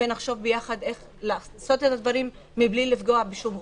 נחשוב יחד איך לעשות את הדברים מבלי לפגוע בשום אוכלוסייה.